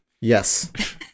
Yes